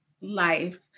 life